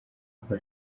rwa